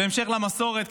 בהמשך למסורת,